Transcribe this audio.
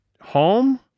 home